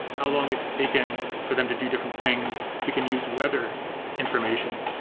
how long it's taken for them to do different things. we can use weather information.